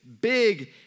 big